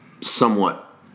somewhat